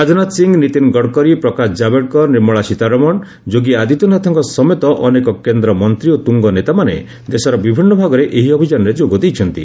ରାଜନାଥ ସିଂହ ନୀତିନ ଗଡ଼କରୀ ପ୍ରକାଶ ଜାବ୍ଡେକର ନିର୍ମଳା ସୀତାରମଣ ଯୋଗୀ ଆଦିତ୍ୟନାଥଙ୍କ ସମେତ ଅନେକ କେନ୍ଦ୍ରମନ୍ତୀ ଓ ତୁଙ୍ଗ ନେତାମାନେ ଦେଶର ବିଭିନ୍ନ ଭାଗରେ ଏହି ଅଭିଯାନରେ ଯୋଗ ଦେଇଛନ୍ତି